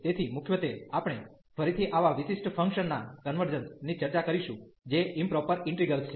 તેથી મુખ્યત્વે આપણે ફરીથી આવા વિશિષ્ટ ફંક્શન ના કન્વર્જન્સ ની ચર્ચા કરીશું જે ઈમપ્રોપર ઇન્ટિગ્રેલ્સ છે